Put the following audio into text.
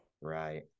right